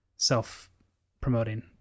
self-promoting